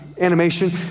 animation